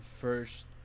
first